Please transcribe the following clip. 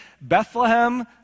Bethlehem